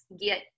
get